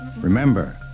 Remember